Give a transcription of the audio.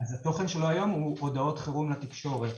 אז התוכן שלו היום הוא הודעות חירום לתקשורת.